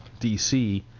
DC